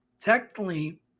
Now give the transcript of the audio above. Technically